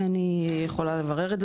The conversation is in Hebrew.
אני יכולה לברר את זה,